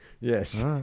Yes